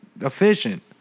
efficient